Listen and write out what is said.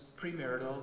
premarital